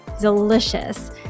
delicious